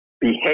behave